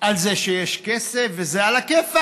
על זה שיש כסף, וזה עלא כיפאק,